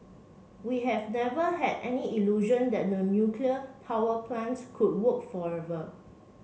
we have never had any illusion that the nuclear power plant could work forever